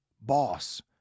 boss